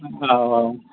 औ औ